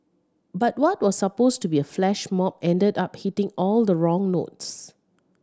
but what was supposed to be a flash mob ended up hitting all the wrong notes